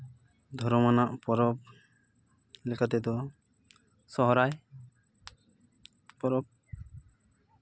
ᱫᱷᱚᱨᱚᱢ ᱟᱱᱟᱜ ᱯᱚᱨᱚᱵᱽ ᱞᱮᱠᱟ ᱛᱮᱫᱚ ᱥᱚᱦᱨᱟᱭ ᱯᱚᱨᱚᱵᱽ